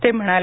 ते म्हणाले